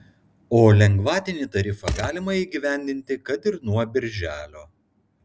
o lengvatinį tarifą galima įgyvendinti kad ir nuo birželio